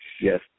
Yes